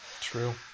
True